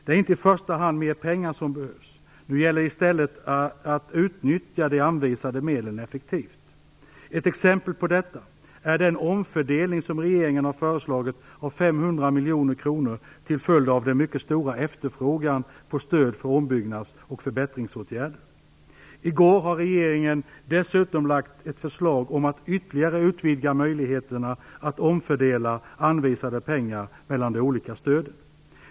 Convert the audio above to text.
Det är inte i första hand mer pengar som behövs. Nu gäller det i stället att utnyttja de anvisade medlen effektivt. Ett exempel på detta är den omfördelning som regeringen har föreslagit av 500 miljoner kronor till följd av den mycket stora efterfrågan på stöd för ombyggnads och förbättringsåtgärder. I går lade regeringen dessutom fram ett förslag om att ytterligare utvidga möjligheterna att omfördela anvisade pengar mellan de olika stöden.